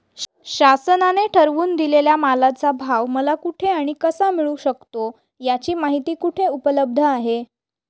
शासनाने ठरवून दिलेल्या मालाचा भाव मला कुठे आणि कसा मिळू शकतो? याची माहिती कुठे उपलब्ध आहे?